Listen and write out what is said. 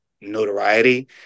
notoriety